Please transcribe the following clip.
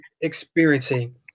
experiencing